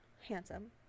handsome